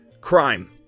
crime